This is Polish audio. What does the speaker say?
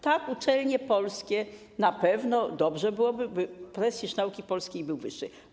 Tak, chodzi o uczelnie polskie, na pewno dobrze byłoby, by prestiż nauki polskiej był wyższy.